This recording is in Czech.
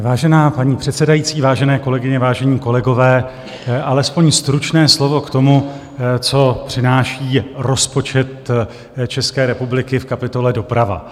Vážená paní předsedající, vážené kolegyně, vážení kolegové, alespoň stručné slovo k tomu, co přináší rozpočet České republiky v kapitole Doprava.